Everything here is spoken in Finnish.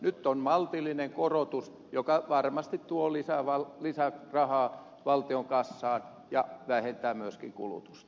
nyt on maltillinen korotus joka varmasti tuo lisärahaa valtion kassaan ja vähentää myöskin kulutusta